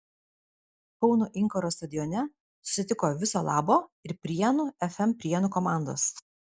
kauno inkaro stadione susitiko viso labo ir prienų fm prienų komandos